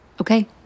Okay